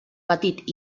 petit